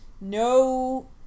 No